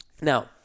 Now